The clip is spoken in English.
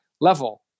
level